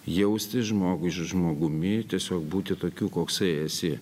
jaustis žmogui žmogumi tiesiog būti tokiu koksai esi